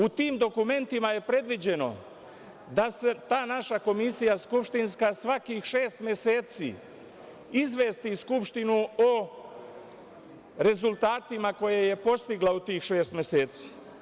U tim dokumentima je predviđeno da ta naša komisija skupštinska svakih šest meseci izvesti Skupštinu o rezultatima koje je postigla u tih šest meseci.